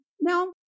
now